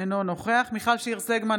אינו נוכח מיכל שיר סגמן,